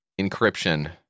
encryption